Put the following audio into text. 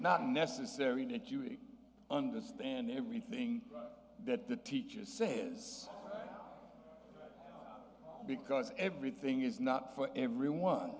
not necessary to understand everything that the teacher says because everything is not for everyone